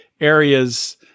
areas